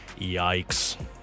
Yikes